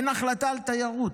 אין החלטה על תיירות,